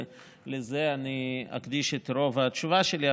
ולזה אקדיש את רוב התשובה שלי,